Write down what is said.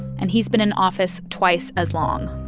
and he's been in office twice as long